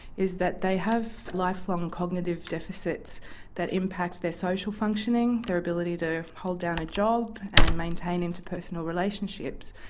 is that they have lifelong cognitive deficits that impact their social functioning, their ability to hold down a job and maintain interpersonal relationships.